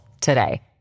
today